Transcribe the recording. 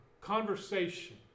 conversation